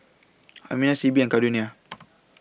Amina Sibbie and Caldonia